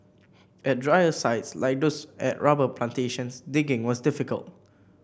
at drier sites like those at rubber plantations digging was difficult